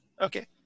Okay